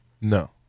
No